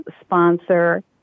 sponsor